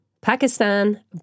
Pakistan